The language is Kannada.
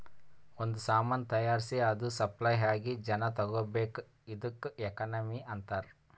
ಒಂದ್ ಸಾಮಾನ್ ತೈಯಾರ್ಸಿ ಅದು ಸಪ್ಲೈ ಆಗಿ ಜನಾ ತಗೋಬೇಕ್ ಇದ್ದುಕ್ ಎಕನಾಮಿ ಅಂತಾರ್